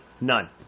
None